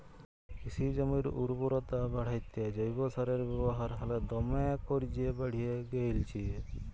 কিসি জমির উরবরতা বাঢ়াত্যে জৈব সারের ব্যাবহার হালে দমে কর্যে বাঢ়্যে গেইলছে